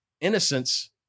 innocence